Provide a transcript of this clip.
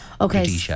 Okay